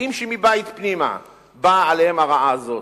מוצאים שמבית פנימה באה עליהם הרעה הזאת,